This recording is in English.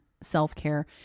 self-care